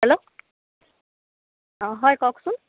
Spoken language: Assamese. হেল্ল' অ' হয় কওকচোন